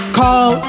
call